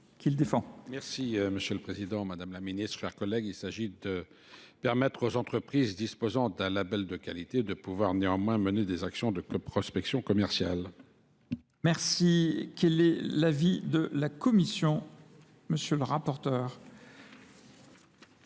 Merci M. le Président, Mme la Ministre, chers collègues. Il s'agit de permettre aux entreprises disposant d'un label de qualité de pouvoir néanmoins mener des actions de prospection commerciale. Merci. Quel est l'avis de la Commission, M. le rapporteur